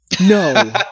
no